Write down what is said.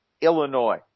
Illinois